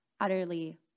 utterly